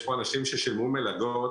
יש פה אנשים ששילמו מלגות,